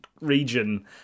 region